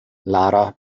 lara